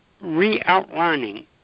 re-outlining